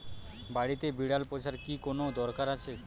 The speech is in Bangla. বাড়িতে বিড়াল পোষার কি কোন দরকার আছে?